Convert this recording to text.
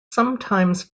sometimes